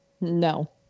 No